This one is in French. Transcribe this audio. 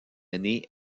année